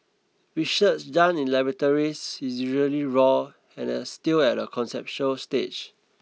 research done in laboratories is usually raw and still at a conceptual stage